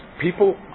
People